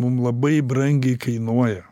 mum labai brangiai kainuoja